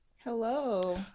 Hello